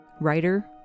writer